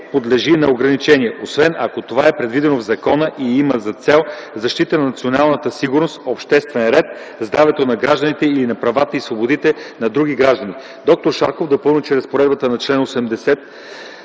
подлежи на ограничения, освен ако това е предвидено в закон и има за цел защита на националната сигурност, обществен ред, здравето на гражданите или на правата и свободите на други граждани. Доктор Шарков допълни, че разпоредбата на чл. 80г,